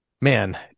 man